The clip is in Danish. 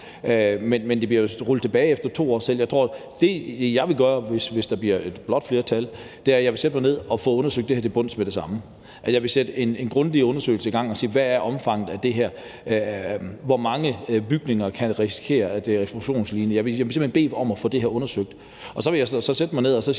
men det bliver rullet tilbage efter 2 år af sig selv. Jeg tror, at det, jeg vil gøre, hvis der bliver et blåt flertal, er, at jeg vil sætte mig ned og få undersøgt det her til bunds med det samme. Jeg vil sætte en grundig undersøgelse i gang for at se, hvad omfanget af det her er. Hvor mange bygninger kan risikere, at det er ekspropriationslignende? Jeg vil simpelt hen bede om at få det her undersøgt. Og så vil jeg så sætte mig ned og sige,